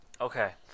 okay